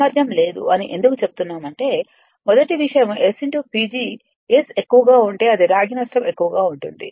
సామర్థ్యం లేదు అని ఎందుకు చెబుతున్నామంటే మొదటి విషయం S PG S ఎక్కువగా ఉంటే అది రాగి నష్టం ఎక్కువగా ఉంటుంది